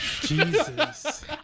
Jesus